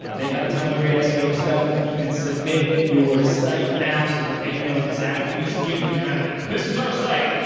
ah they have a ton of great seo stuff. you can submit your site map, so that they know exactly, you can just give them your map and be like, this is our site!